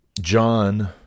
John